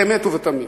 באמת ובתמים,